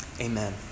amen